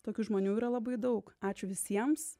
tokių žmonių yra labai daug ačiū visiems